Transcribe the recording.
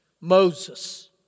Moses